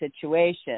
situation